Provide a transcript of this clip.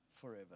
forever